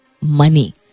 money